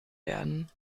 werden